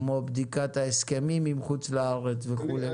כמו בדיקת ההסכמים עם חוץ לארץ וכו'?